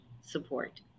support